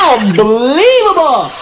Unbelievable